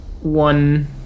one